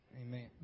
Amen